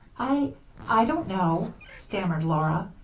i i don't know, stammered laura.